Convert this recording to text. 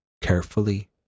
carefully